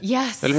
yes